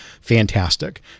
fantastic